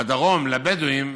בדרום לבדואים,